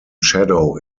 shadow